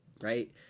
right